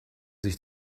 sich